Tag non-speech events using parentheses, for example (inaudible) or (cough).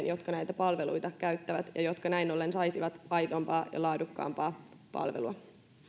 (unintelligible) jotka näitä palveluita käyttävät ja jotka näin ollen saisivat aidompaa ja laadukkaampaa palvelua myönnän